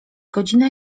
godzina